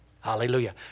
hallelujah